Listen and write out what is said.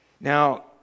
Now